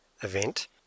event